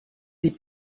des